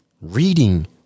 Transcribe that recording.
reading